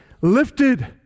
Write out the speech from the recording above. lifted